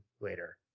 later